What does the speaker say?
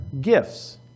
gifts